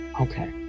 Okay